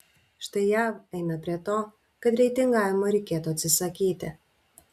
štai jav eina prie to kad reitingavimo reikėtų atsisakyti